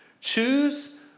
Choose